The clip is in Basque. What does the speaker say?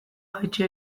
jaitsi